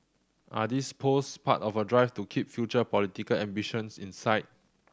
are these posts part of a drive to keep future political ambitions in sight